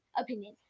opinion